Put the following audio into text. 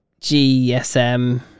GSM